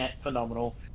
phenomenal